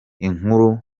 inkuru